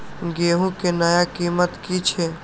गेहूं के नया कीमत की छे?